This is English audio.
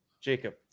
Jacob